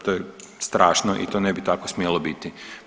To je strašno i to ne bi tako smjelo biti.